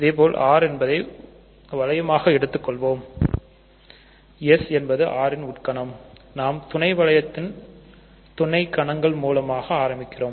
இதேபோல் R என்பதை வளையமாகக் எடுத்துக் கொள்வோம் S என்பது R ன் உட்கணம் நாம் துணை வளையத்தை துணைகணங்கள் மூலமாக ஆரம்பிக்கிறோம்